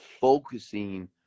focusing